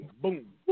boom